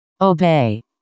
obey